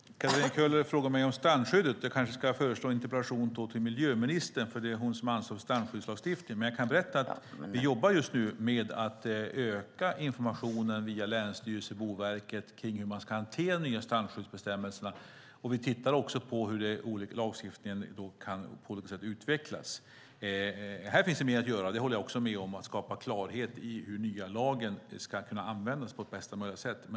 Fru talman! Katarina Köhler frågar mig om strandskyddet. Låt mig föreslå att hon ställer en interpellation till miljöministern, som har ansvar för strandskyddslagstiftningen. Jag kan dock berätta att vi just nu jobbar med att öka informationen via länsstyrelserna och Boverket beträffande hur de nya strandskyddsbestämmelserna ska hanteras. Vi tittar också på hur lagstiftningen kan utvecklas. Här finns mer att göra, det håller jag med om. Det gäller att skapa klarhet i hur den nya lagen ska kunna användas på bästa möjliga sätt.